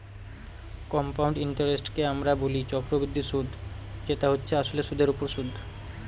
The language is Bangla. কম্পাউন্ড ইন্টারেস্টকে আমরা বলি চক্রবৃদ্ধি সুদ যেটা হচ্ছে আসলে সুধের ওপর সুদ